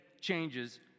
changes